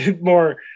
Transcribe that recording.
more